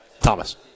Thomas